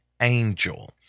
angel